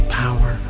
power